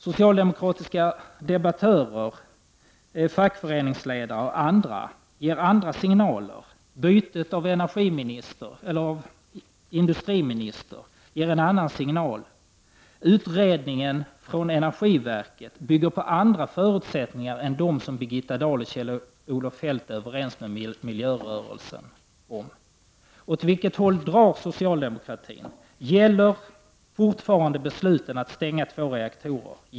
Socialdemokratiska debattörer, fackföreningsledare m.fl. ger andra signaler. Bytet av industriminister innebär en annan signal. Utredningen från energiverket bygger på andra förutsättningar än dem som Birgitta Dahl och Kjell-Olof Feldt är överens med miljörörelsen om. Åt vilket håll drar socialdemokratin? Gäller fortfarande beslutet att stänga två reaktorer?